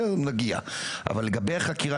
לגבי חקירה,